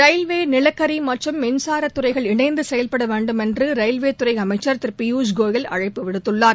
railway நிலக்கரி மற்றும் மின்சாரத் துறைகள் இணைந்து செயல்பட வேண்டும் என்று ரயில்வே துறை அமைச்சர் திரு பியூஷ் கோயல் அழைப்பு விடுத்துள்ளார்